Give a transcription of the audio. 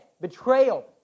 betrayal